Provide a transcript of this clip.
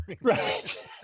right